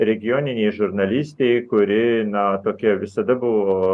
regioninei žurnalistei kuri na tokia visada buvo